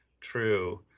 True